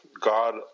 God